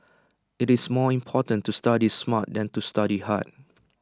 IT is more important to study smart than to study hard